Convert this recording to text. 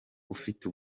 ufite